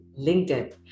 LinkedIn